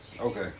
Okay